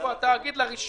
מי נגד?